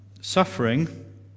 suffering